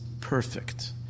perfect